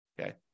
Okay